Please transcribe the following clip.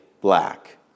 black